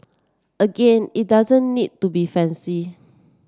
again it doesn't need to be fancy